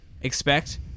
expect